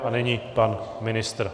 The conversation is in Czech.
A nyní pan ministr.